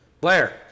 Blair